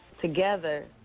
together